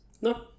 no